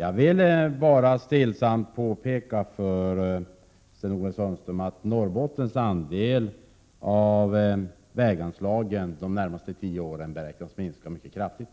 Jag vill stillsamt påpeka för Sten-Ove Sundström att Norrbottens andel av väganslagen under de närmaste tio åren beräknas minska mycket kraftigt.